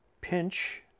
pinch